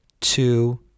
two